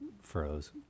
froze